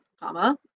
comma